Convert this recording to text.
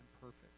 perfect